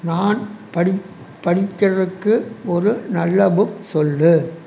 நான் படிக்கிறதுக்கு ஒரு நல்ல புக் சொல்